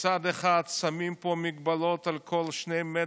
מצד אחד שמים פה מגבלות על כל שני מטר,